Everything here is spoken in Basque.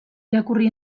irakurri